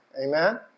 Amen